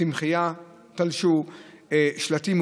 תלשו צמחייה,